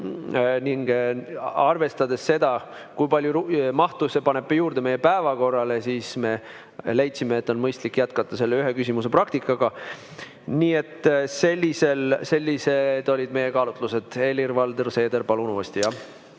Arvestades seda, kui palju mahtu see paneb juurde meie päevakorrale, me leidsime, et on mõistlik jätkata selle ühe küsimuse praktikaga. Nii et sellised olid meie kaalutlused. Helir-Valdor Seeder, palun uuesti!